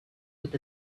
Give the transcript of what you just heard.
with